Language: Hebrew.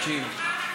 מרגי,